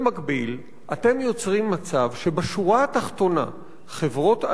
במקביל אתם יוצרים מצב שבשורה התחתונה חברות ענק,